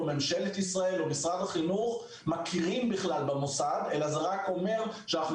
ממשלת ישראל או משרד החינוך מכירים בכלל במוסד אלא זה רק אומר שאנחנו